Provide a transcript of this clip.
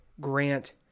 Grant